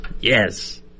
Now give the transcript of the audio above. Yes